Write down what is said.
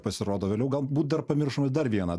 pasirodo vėliau galbūt dar pamiršome dar vieną